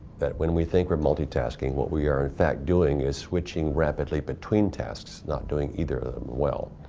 that when we think we're multitasking, what we are in fact doing is switching rapidly between tasks, not doing either of them well.